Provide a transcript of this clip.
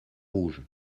rouge